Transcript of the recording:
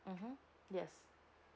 mmhmm yes